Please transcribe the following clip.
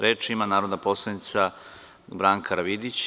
Reč ima narodna poslanica Branka Karavidić.